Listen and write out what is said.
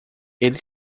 ele